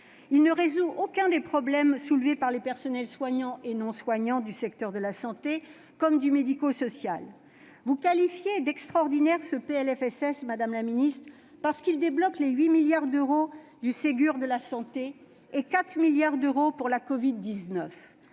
Il ne résout aucun des problèmes soulevés par les personnels soignants et non soignants des secteurs de la santé et du médico-social. Vous qualifiez d'extraordinaire ce PLFSS, madame la ministre, parce qu'il débloque les 8 milliards d'euros du Ségur de la santé et 4 milliards d'euros pour la covid-19.